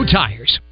tires